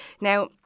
now